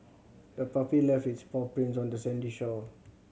the puppy left its paw prints on the sandy shore